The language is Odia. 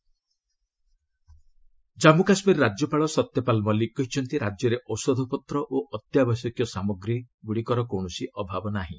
ଜେକେ ଗଭର୍ଣ୍ଣର ଜାମ୍ମୁ କାଶ୍ମୀର ରାଜ୍ୟପାଳ ସତ୍ୟପାଲ ମଲିକ କହିଛନ୍ତି ରାଜ୍ୟରେ ଔଷଧପତ୍ର ଓ ଅତ୍ୟାବଶ୍ୟକ ସାମଗ୍ରୀର କୌଣସି ଅଭାବ ନାହିଁ